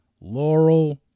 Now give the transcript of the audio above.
Laurel